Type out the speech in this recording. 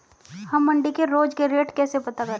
हम मंडी के रोज के रेट कैसे पता करें?